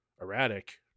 erratic